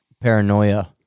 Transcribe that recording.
paranoia